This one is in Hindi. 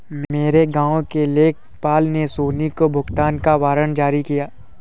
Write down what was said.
मेरे गांव के लेखपाल ने सोनी को भुगतान का वारंट जारी किया